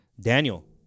Daniel